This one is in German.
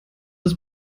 des